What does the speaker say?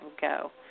go